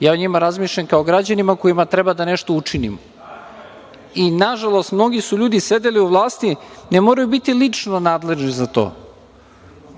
Ja o njima razmišljam kao o građanima kojima treba nešto da učinim. Nažalost, mnogi su ljudi sedeli u vlasti, ne moraju lično biti nadležni za to,